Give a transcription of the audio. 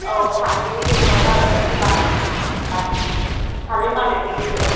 औ सानैनि गेजेराव जादों सिमानि सानैजों सानै मालिकनि गेजेराव